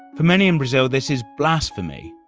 for many in brazil, this is blasphemy,